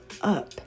up